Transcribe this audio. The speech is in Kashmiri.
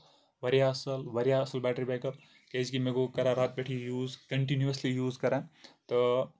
واریاہ اَصٕل واریاہ اَصٕل بیٹری بیک اَپ کیازِ کہِ مےٚ گوٚو کران راتہٕ پٮ۪ٹھ یہِ یوٗز کَنٹِنویسلی یوٗز کران تہٕ